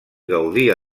gaudia